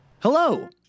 Hello